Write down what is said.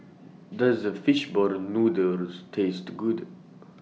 Does The Fish Ball Noodles Taste Good